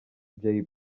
jay